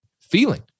Feeling